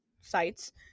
sites